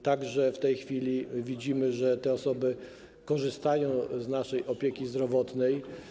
Także w tej chwili widzimy, że te osoby korzystają z naszej opieki zdrowotnej.